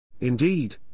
Indeed